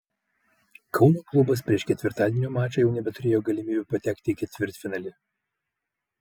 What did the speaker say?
kauno klubas prieš ketvirtadienio mačą jau nebeturėjo galimybių patekti į ketvirtfinalį